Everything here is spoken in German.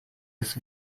ist